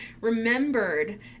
remembered